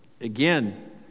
Again